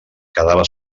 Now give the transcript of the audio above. quedava